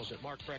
Mark